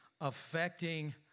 affecting